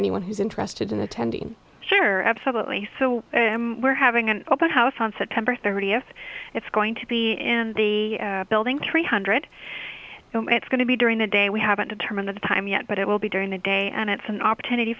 anyone who's interested in attending sure absolutely so we're having an open house on september thirtieth it's going to be in the building three hundred it's going to be during the day we haven't determined the time yet but it will be during the day and it's an opportunity